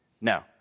No